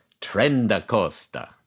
Trendacosta